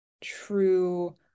true